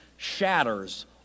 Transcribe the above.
Shatters